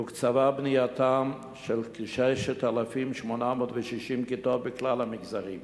תוקצבה בנייתן של כ-6,860 כיתות בכלל המגזרים,